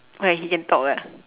why he can talk ah